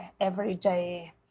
everyday